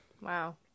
Wow